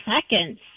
seconds